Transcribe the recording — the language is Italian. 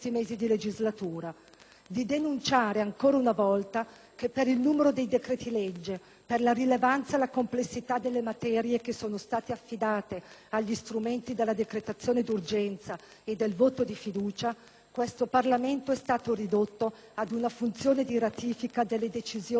di denunciare, ancora una volta, che per il numero dei decreti-legge, per la rilevanza e la complessità delle materie che sono state affidate agli strumenti della decretazione d'urgenza e del voto di fiducia, questo Parlamento è stato ridotto ad una funzione di ratifica delle decisioni assunte altrove.